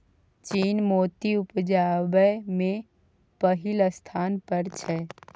चीन मोती उपजाबै मे पहिल स्थान पर छै